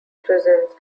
prisons